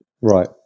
right